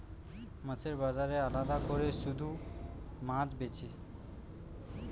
মাছের বাজারে আলাদা কোরে শুধু মাছ বেচে